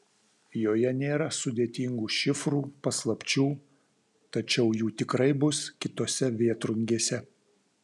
joje nėra sudėtingų šifrų paslapčių tačiau jų tikrai bus kitose vėtrungėse